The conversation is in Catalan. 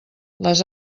les